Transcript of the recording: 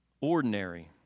Ordinary